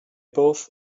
both